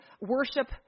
worship